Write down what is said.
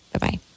Bye-bye